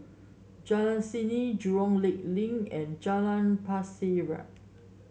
Jalan Seni Jurong Lake Link and Jalan Pasir Ria